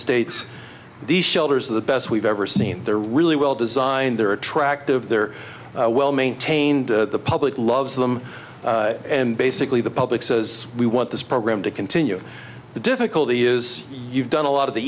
states these shelters are the best we've ever seen they're really well designed they're attractive they're well maintained the public loves them and basically the public says we want this program to continue the difficulty is you've done a lot of the